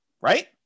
Right